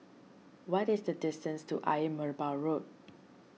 what is the distance to Ayer Merbau Road